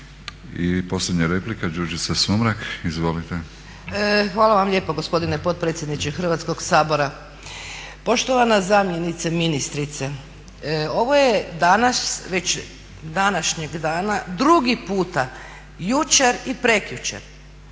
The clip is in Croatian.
I posljednja replika Đurđica Sumrak. Izvolite. **Sumrak, Đurđica (HDZ)** Hvala vam lijepa gospodine potpredsjedniče Hrvatskog sabora. Poštovana zamjenice ministrice, ovo je danas već današnjeg dana drugi puta, jučer i prekjučer